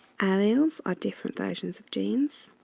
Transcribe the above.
alleles are different versions of genes.